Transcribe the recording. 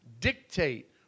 dictate